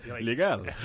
Legal